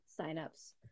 signups